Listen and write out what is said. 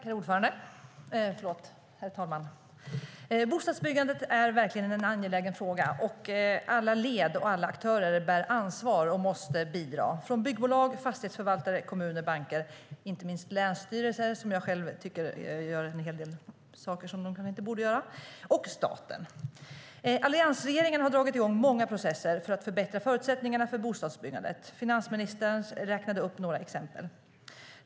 Herr talman! Bostadsbyggandet är verkligen en angelägen fråga. Alla led och alla aktörer bär ansvar och måste bidra, från byggbolag, fastighetsförvaltare, kommuner, banker, inte minst länsstyrelser - som jag tycker gör en hel del saker som de kanske inte borde göra - och staten. Alliansregeringen har dragit i gång många processer för att förbättra förutsättningarna för bostadsbyggandet. Finansministern räknade upp några exempel.